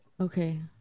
Okay